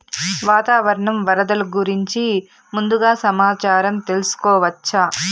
వాతావరణం వరదలు గురించి ముందుగా సమాచారం తెలుసుకోవచ్చా?